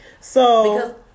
So-